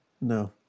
no